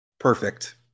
Perfect